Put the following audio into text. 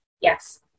Yes